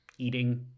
Eating